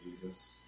Jesus